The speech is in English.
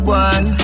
one